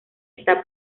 está